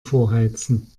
vorheizen